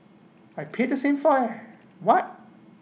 I paid the same fire what